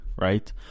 right